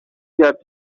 got